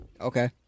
Okay